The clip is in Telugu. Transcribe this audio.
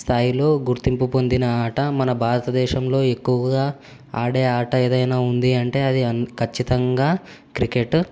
స్థాయిలో గుర్తింపు పొందిన ఆట మన భారతదేశంలో ఎక్కువగా ఆడే ఆట ఏదైనా ఉంది అంటే అది ఖచ్చితంగా క్రికెట్